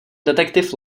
detektiv